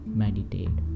meditate